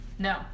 No